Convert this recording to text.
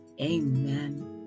Amen